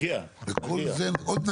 נגיע, נגיע.